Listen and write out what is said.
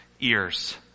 ears